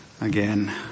again